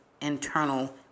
internal